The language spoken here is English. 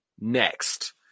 Next